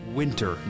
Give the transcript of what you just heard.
winter